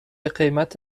قیمت